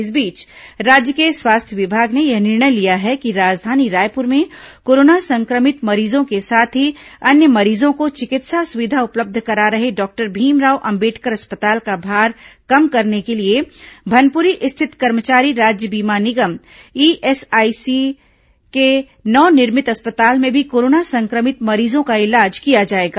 इस बीच राज्य के स्वास्थ्य विभाग ने यह निर्णय लिया है कि राजधानी रायपुर में कोरोना संक्रमित मरीजों के साथ ही अन्य मरीजों को चिकित्सा सुविधा उपलब्ध करा रहे डॉक्टर भीमराव अंबेडकर अस्पताल का भार कम करने के लिए भनपुरी स्थित कर्मचारी राज्य बीमा निगम ईएसआईसी के नवनिर्मित अस्पताल में भी कोरोना संक्रमित मर ीजों का इलाज किया जाएगा